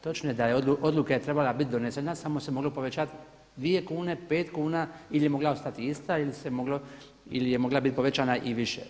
Točno je da je odluka trebala biti donesena, samo se moglo povećat 2 kune, 5 kuna ili mogla je ostati ista, ili je mogla biti povećana i više.